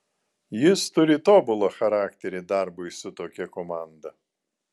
jis turi tobulą charakterį darbui su tokia komanda